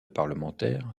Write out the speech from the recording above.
parlementaire